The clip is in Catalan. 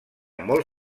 molt